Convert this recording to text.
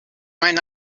might